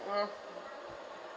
mm